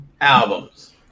albums